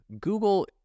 google